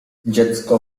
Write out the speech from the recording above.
dziecko